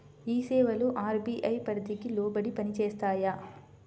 ఈ సేవలు అర్.బీ.ఐ పరిధికి లోబడి పని చేస్తాయా?